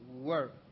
work